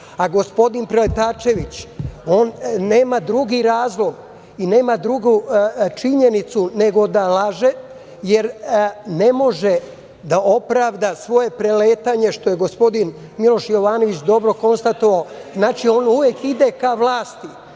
Gospodin preletačević, on nema drugi razlog i nema drugu činjenicu, nego da laže, jer ne može da opravda svoje preletanje, što je gospodin Miloš Jovanović dobro konstatovao. Znači, on uvek ide ka vlasti.